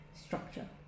structure